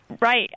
Right